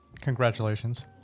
Congratulations